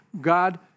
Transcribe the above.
God